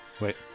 Wait